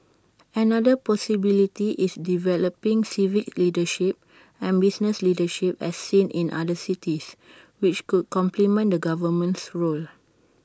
another possibility is developing civic leadership and business leadership as seen in other cities which could complement the government's role